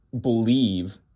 believe